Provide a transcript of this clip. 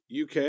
UK